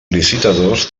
licitadors